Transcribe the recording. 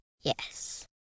Yes